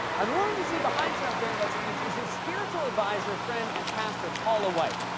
and the woman you see behind trump during that speech is his spiritual advisor, friend, and pastor, paula white.